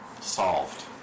solved